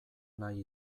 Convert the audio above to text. nahi